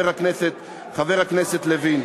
חבר הכנסת לוין.